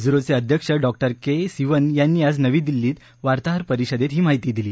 ओचे अध्यक्ष डॉ के सिवन यांनी आज नवी दिल्लीत वार्ताहर परिषदेत ही माहिती दिली